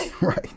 Right